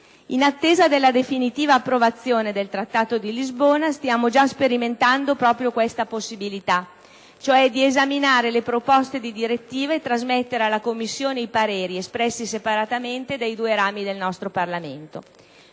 In attesa della definiva approvazione del Trattato di Lisbona, stiamo già sperimentando la possibilità di esaminare le proposte di direttive e trasmettere alla Commissione i pareri, espressi separatamente, dei due rami del nostro Parlamento.